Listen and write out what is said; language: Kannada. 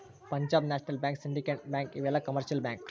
Punjab national bank syndicate bank ಇವೆಲ್ಲ ಕಮರ್ಶಿಯಲ್ ಬ್ಯಾಂಕ್